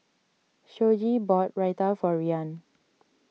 Shoji bought Raita for Rian